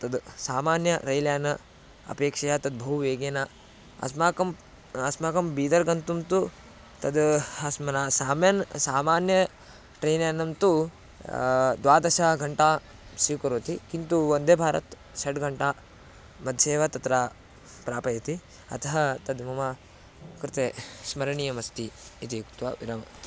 तत् सामान्यरैल्यान अपेक्षया तत् बहु वेगेन अस्माकं अस्माकं बीदर् गन्तुं तु तत् हास्मला सामेन् सामान्य ट्रैन् यानं तु द्वादशाघण्टा स्वीकरोति किन्तु वन्दे भारत् षड्घण्टा मध्ये एव तत्र प्रापयति अतः तत् मम कृते स्मरणीयमस्ति इति उक्त्वा विरामामि